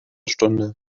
stunde